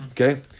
Okay